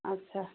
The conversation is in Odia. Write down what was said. ଆଚ୍ଛା